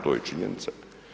To je činjenica.